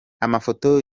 amafoto